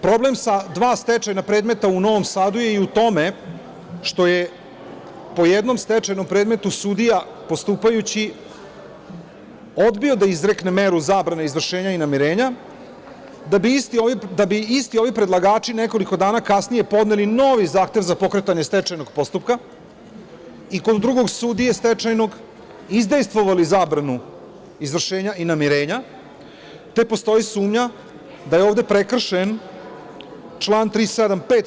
Problem sa dva stečajna predmeta u Novom Sadu je i u tome što je po jednom stečajnom predmetu sudija, postupajući, odbio da izrekne meru zabrane izvršenja i namirenja, da bi isti ovi predlagači nekoliko dana kasnije podneli novi zahtev za pokretanje stečajnog postupka i kod drugog stečajnog sudije izdejstvovali zabranu izvršenja i namirenja, te postoji sumnja da je ovde prekršen član 375.